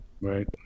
right